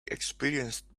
experienced